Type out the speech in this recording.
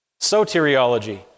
Soteriology